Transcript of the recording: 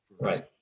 right